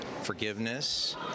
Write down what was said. forgiveness